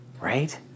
right